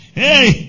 hey